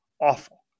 awful